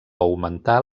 augmentar